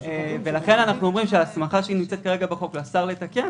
לכן אנחנו אומרים שההסמכה שנמצאת כרגע בחוק לשר לתקן